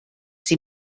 sie